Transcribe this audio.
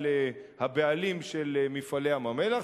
על הבעלים של "מפעלי ים-המלח".